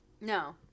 No